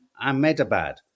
Ahmedabad